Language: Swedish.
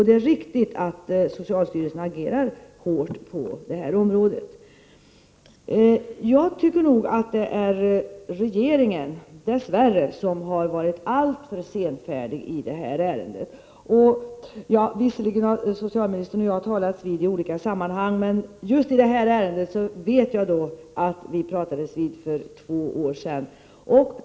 Det är riktigt att socialstyrelsen agerar hårt på detta område. Jag tycker nog att det är regeringen, dess värre, som har varit alltför senfärdig i denna fråga. Visserligen har socialministern och jag talats vid i olika sammanhang, men jag vet att i just denna fråga talades vi vid för två år sedan.